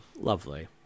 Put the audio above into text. Lovely